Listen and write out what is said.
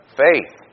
faith